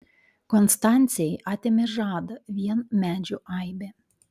konstancijai atėmė žadą vien medžių aibė